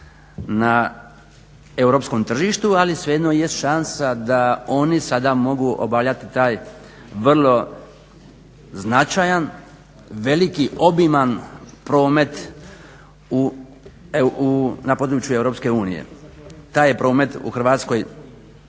na europskom tržištu ali svejedno jest šansa da oni sada mogu obavljati taj vrlo značajan, veliki, obiman promet na području EU. Taj je promet u Hrvatskoj